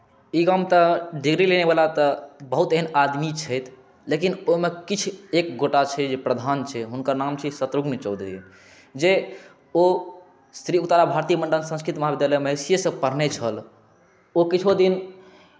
ई गाम तऽ देबय लेबयवला तऽ बहुत एहन आदमी छथि लेकिन ओहिमे किछु एक गोटा छै जे प्रधान छै हुनकर नाम छी शत्रुघ्न चौधरी जे ओ श्री उग्रतारा भारती मण्डन संस्कृत महाविद्यालय महिषीयेसँ पढ़ने छल ओ किछु दिन